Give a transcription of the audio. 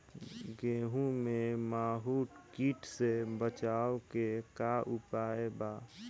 गेहूँ में माहुं किट से बचाव के का उपाय बा?